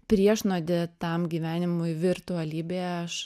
priešnuodį tam gyvenimui vrtualybėje aš